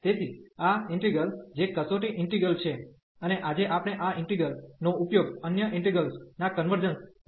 તેથી આ ઇન્ટિગ્રલ જે કસોટી ઈન્ટિગ્રલ છે અને આજે આપણે આ ઇન્ટિગ્રલ નો ઉપયોગ અન્ય ઇન્ટિગ્રેલ્સ ના કન્વર્જન્સ ને સાબિત કરવા માટે કરીશું